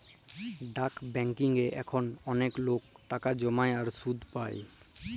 ডাক ব্যাংকিংয়ে এখল ম্যালা লক টাকা জ্যমায় আর সুদ পায়